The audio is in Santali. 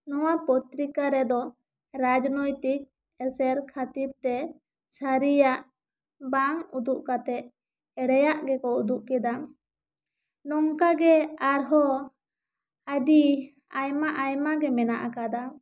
ᱱᱚᱣᱟ ᱯᱚᱛᱨᱤᱠᱟ ᱨᱮᱫᱚ ᱨᱟᱡᱽᱱᱚᱛᱤᱠ ᱮᱥᱮᱨ ᱠᱷᱟᱹᱛᱤᱨ ᱛᱮ ᱥᱟᱹᱨᱤᱭᱟᱜ ᱵᱟᱝ ᱩᱫᱩᱜ ᱠᱟᱛᱮᱜ ᱮᱲᱮᱭᱟᱜ ᱜᱮᱠᱚ ᱩᱫᱩᱜ ᱠᱮᱫᱟ ᱱᱚᱝᱠᱟ ᱜᱮ ᱟᱨ ᱦᱚᱸ ᱟᱹᱰᱤ ᱟᱭᱢᱟ ᱟᱭᱢᱟ ᱜᱮ ᱢᱮᱱᱟᱜ ᱟᱠᱟᱫᱟ